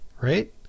right